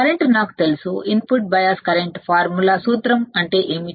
current నాకు తెలుసు input bias current సూత్రంఅంటే ఏమిటి